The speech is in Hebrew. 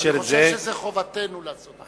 אני חושב שחובתנו לעשות את זה.